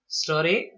story